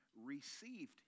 received